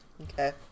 Okay